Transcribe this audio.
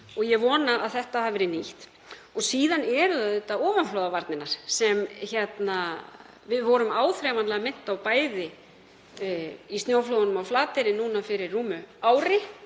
og ég vona að þetta hafi verið nýtt. Síðan eru það auðvitað ofanflóðavarnir sem við vorum áþreifanlega minnt á, bæði í snjóflóðunum á Flateyri fyrir rúmu ári,